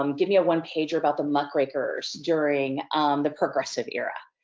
um give me a one pager about the muckrakers during the progressive era.